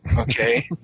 okay